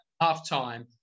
half-time